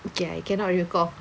okay I cannot recall